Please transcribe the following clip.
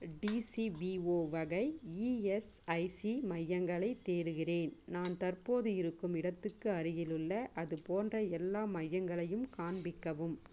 DCPO வகை ESIC மையங்களைத் தேடுகிறேன் நான் தற்போது இருக்கும் இடத்துக்கு அருகிலுள்ள அதுபோன்ற எல்லா மையங்களையும் காண்பிக்கவும்